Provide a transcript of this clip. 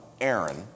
Aaron